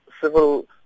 civil